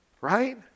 Right